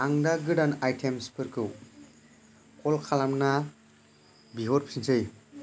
आं दा गोदान आइटेम्सफोरखौ कल खालामना बिहरफिननोसै